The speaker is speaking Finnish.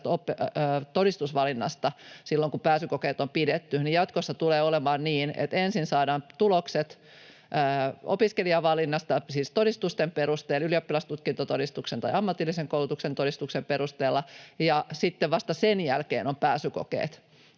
todistusvalinnasta silloin, kun pääsykokeet on pidetty, niin jatkossa tulee olemaan niin, että ensin saadaan tulokset opiskelijavalinnasta, siis todistusten perusteella — ylioppilastutkintotodistuksen tai ammatillisen koulutuksen todistuksen perusteella — ja sitten vasta sen jälkeen on pääsykokeet.